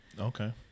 Okay